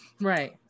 Right